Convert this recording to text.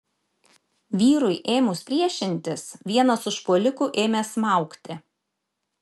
vyrui ėmus priešintis vienas užpuolikų ėmė smaugti